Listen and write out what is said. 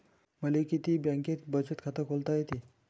मले किती बँकेत बचत खात खोलता येते?